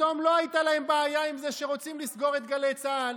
פתאום לא הייתה להם בעיה עם זה שרוצים לסגור את גלי צה"ל,